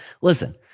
listen